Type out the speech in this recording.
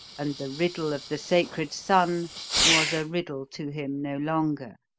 and the riddle of the sacred son was a riddle to him no longer.